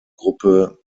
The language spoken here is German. gruppe